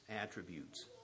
attributes